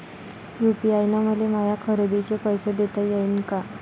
UPI न मले माया खरेदीचे पैसे देता येईन का?